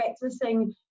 practicing